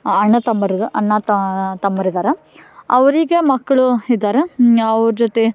ಅಣ್ಣ ತಮ್ಮರು ಅಣ್ಣ ತಾ ತಮ್ಮರು ಇದ್ದಾರೆ ಅವ್ರಿಗೆ ಮಕ್ಳು ಇದ್ದಾರೆ ಅವ್ರ ಜೊತೆ